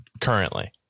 currently